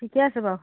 ঠিকে আছে বাৰু